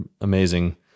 amazing